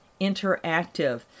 interactive